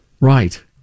Right